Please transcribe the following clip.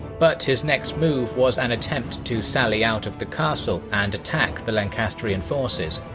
but his next move was an attempt to sally out of the castle and attack the lancastrian forces,